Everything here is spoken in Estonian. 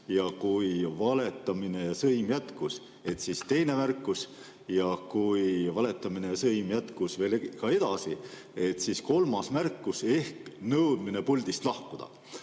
kui valetamine ja sõim jätkus, siis teine märkus, ja kui valetamine ja sõim jätkus veel edasi, siis kolmas märkus ehk nõudmine puldist lahkuda.